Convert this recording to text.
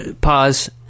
pause